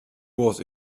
was